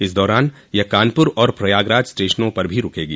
इस दौरान यह कानपुर और प्रयागराज स्टेशनों पर भी रूकेगी